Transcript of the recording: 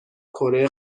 کره